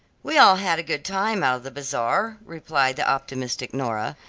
we all had a good time out of the bazaar, replied the optimistic nora,